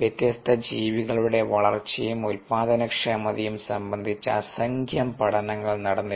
വ്യത്യസ്ത ജീവികളുടെ വളർച്ചയും ഉൽപ്പാദനക്ഷമതയും സംബന്ധിച്ച അസംഖ്യം പഠനങ്ങൾ നടന്നിട്ടുണ്ട്